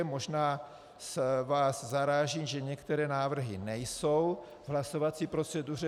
Možná vás zaráží, že některé návrhy nejsou v hlasovací proceduře.